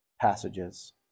passages